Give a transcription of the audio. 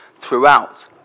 throughout